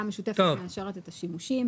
הוועדה המשותפת מאשרת את השימושים,